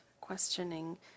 questioning